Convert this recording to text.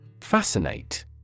Fascinate